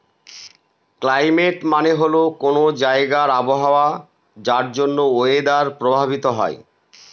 climate মানে হল কোনো জায়গার আবহাওয়া যার জন্য ওয়েদার প্রভাবিত হয়